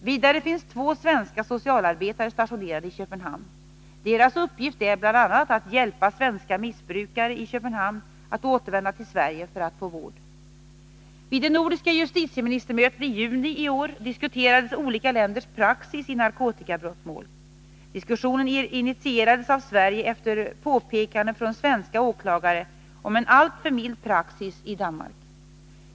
Vidare finns två svenska socialarbetare stationerade i Köpenhamn. Deras uppgift är bl.a. att hjälpa svenska missbrukare i Köpenhamn att återvända till Sverige för att få vård. Vid det nordiska justitieministermötet i juni i år diskuterades olika länders praxis i narkotikabrottmål. Diskussionen initierades av Sverige efter påpekanden från svenska åklagare om en alltför mild praxis i Danmark.